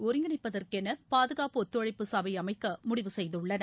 ஒருங்கிணைப்பதற்கெனபாதுகாப்பு ஒத்துழைப்பு சடை அமைக்க முடிவு செய்துள்ளன